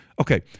okay